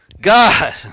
God